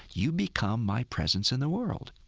you become my presence in the world.